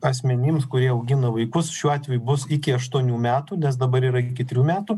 asmenims kurie augina vaikus šiuo atveju bus iki aštuonių metų nes dabar yra iki trijų metų